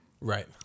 Right